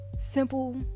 simple